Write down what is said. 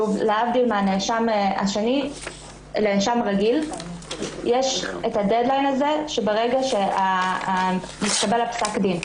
להבדיל מהנאשם השני הרגיל שיש לו את הדד-ליין הזה שברגע שמתקבל פסק דין.